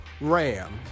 RAM